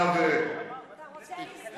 הוכחת נזק, אתה רוצה לסתום פיות.